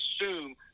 assume